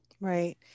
Right